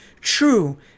True